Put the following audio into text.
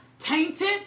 tainted